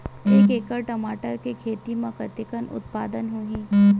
एक एकड़ टमाटर के खेती म कतेकन उत्पादन होही?